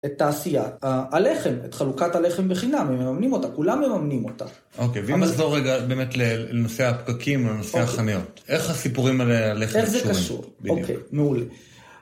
את תעשיית הלחם, את חלוקת הלחם בחינם, הם מממנים אותה, כולם מממנים אותה. אוקיי, ואם נחזור רגע באמת לנושא הפקקים, לנושא החניות, איך הסיפורים על הלחם קשורים? אוקיי, מעולה.